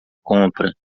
compra